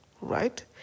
right